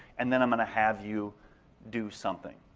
and then i'm going to have you do something.